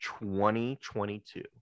2022